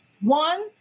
one